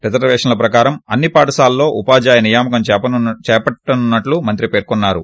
రిజర్వేషన్ల ప్రకారం అన్ని పాఠశాలల్లో ఉపాధ్యాయ నియామకం చేపట్లనున్నట్లు మంత్రి పేర్కొన్నారు